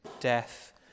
death